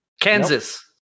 Kansas